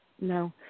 No